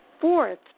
fourth